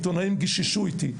עיתונאים גיששו איתי,